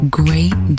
great